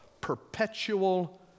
perpetual